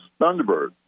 Thunderbird